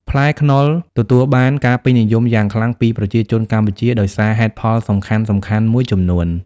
ផ្លែខ្នុរទទួលបានការពេញនិយមយ៉ាងខ្លាំងពីប្រជាជនកម្ពុជាដោយសារហេតុផលសំខាន់ៗមួយចំនួន